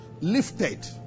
lifted